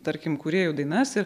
tarkim kūrėjų dainas ir